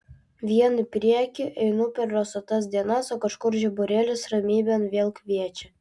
vien į priekį einu per rasotas dienas o kažkur žiburėlis ramybėn vėl kviečia